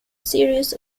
series